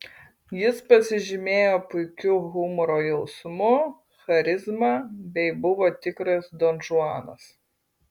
jis pasižymėjo puikiu humoro jausmu charizma bei buvo tikras donžuanas